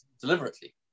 deliberately